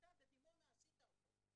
שאתה בדימונה עשית אותו.